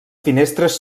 finestres